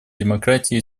демократии